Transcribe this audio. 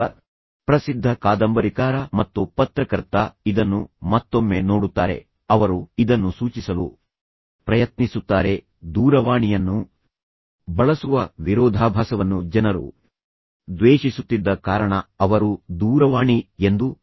ಒಬ್ಬ ಪ್ರಸಿದ್ಧ ಕಾದಂಬರಿಕಾರ ಮತ್ತು ಪತ್ರಕರ್ತ ಇದನ್ನು ಮತ್ತೊಮ್ಮೆ ನೋಡುತ್ತಾರೆ ಅವರು ಇದನ್ನು ಸೂಚಿಸಲು ಪ್ರಯತ್ನಿಸುತ್ತಾರೆ ದೂರವಾಣಿಯನ್ನು ಬಳಸುವ ವಿರೋಧಾಭಾಸವನ್ನು ಜನರು ದ್ವೇಷಿಸುತ್ತಿದ್ದ ಕಾರಣ ಅವರು ದೂರವಾಣಿ ಎಂದು ಕರೆಯುವುದನ್ನು ಬಳಸುತ್ತಿದ್ದರು